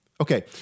Okay